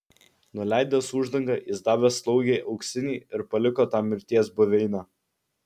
nuleidęs uždangą jis davė slaugei auksinį ir paliko tą mirties buveinę